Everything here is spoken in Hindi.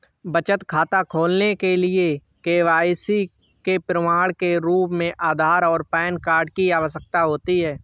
बचत खाता खोलने के लिए के.वाई.सी के प्रमाण के रूप में आधार और पैन कार्ड की आवश्यकता होती है